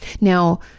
now